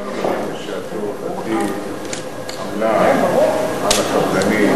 הצענו לכם בעבר, עמלה על הקבלנים,